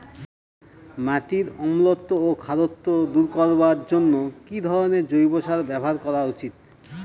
মাটির অম্লত্ব ও খারত্ব দূর করবার জন্য কি ধরণের জৈব সার ব্যাবহার করা উচিৎ?